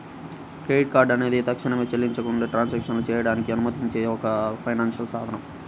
credit card అనేది తక్షణమే చెల్లించకుండా ట్రాన్సాక్షన్లు చేయడానికి అనుమతించే ఒక ఫైనాన్షియల్ సాధనం